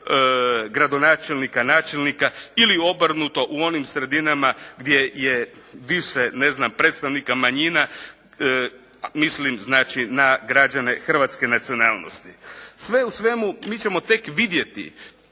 gradonačelnika, načelnika, ili obrnuto u onim sredinama gdje je više predstavnika manjina, mislim znači na građane hrvatske nacionalnosti. Sve u svemu mi ćemo tek vidjeti